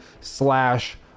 slash